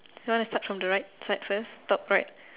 you want to start from the right side first top right